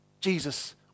Jesus